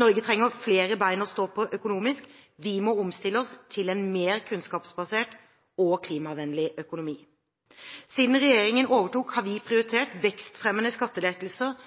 Norge trenger flere ben å stå på økonomisk. Vi må omstille oss til en mer kunnskapsbasert og klimavennlig økonomi. Siden regjeringen overtok, har vi prioritert vekstfremmende skattelettelser,